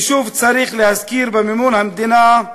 ושוב צריך להזכיר: במימון המדינה,